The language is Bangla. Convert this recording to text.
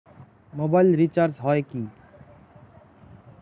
মোবাইল রিচার্জ হয় কি?